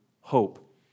hope